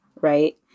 right